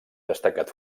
destacat